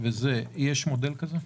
יש מודל כזה?